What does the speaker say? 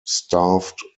starved